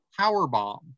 Powerbomb